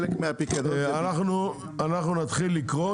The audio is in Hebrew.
אנחנו נתחיל להקריא,